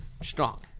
Strong